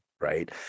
right